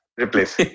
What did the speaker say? replace